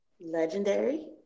Legendary